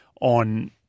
on